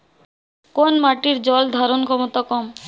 কোন মাটির জল ধারণ ক্ষমতা কম?